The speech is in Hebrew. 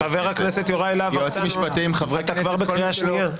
כי אתה לא מסוגל לענות על שאלה?